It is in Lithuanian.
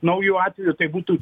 naujų atvejų tai būtų